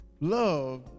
love